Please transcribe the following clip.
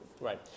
Right